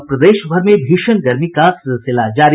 और प्रदेशभर में भीषण गर्मी का सिलसिला जारी